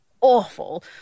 awful